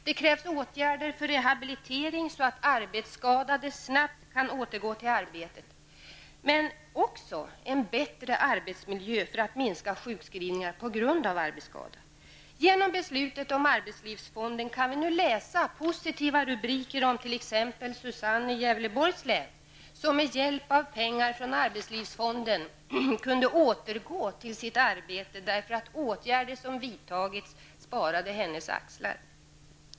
Det krävs åtgärder för rehabilitering, så att arbetsskadade snabbt kan återgå till arbetet men också en bättre arbetsmiljö för att minska sjukskrivningar på grund av arbetsskada. Genom beslutet om arbetslivsfonden kan vi nu läsa positiva rubriker om t.ex. Susanne i Gävleborgs län, vilken med hjälp av pengar från arbetslivsfonden kunde återgå till sitt arbete därför att åtgärder som vidtagits sparade hennes axlar.